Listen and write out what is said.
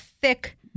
thick